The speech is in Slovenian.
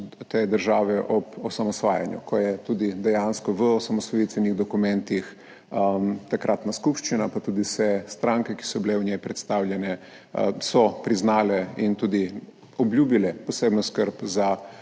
te države ob osamosvajanju, ko je tudi dejansko v osamosvojitvenih dokumentih takratna skupščina, pa tudi vse stranke, ki so bile v njej predstavljene, so priznale in tudi obljubile posebno skrb za